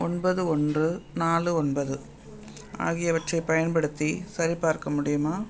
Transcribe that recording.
ஒன்பது ஒன்று நாலு ஒன்பது ஆகியவற்றை பயன்படுத்தி சரிப்பார்க்க முடியுமா